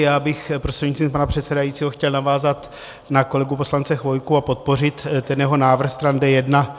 Já bych prostřednictvím pana předsedajícího chtěl navázat na kolegu poslance Chvojku a podpořit ten jeho návrh stran D1.